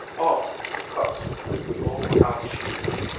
alt kuhkase old cow cheese.